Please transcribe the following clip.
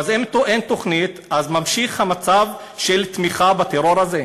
אם אין תוכנית, אז ממשיך המצב של תמיכה בטרור הזה.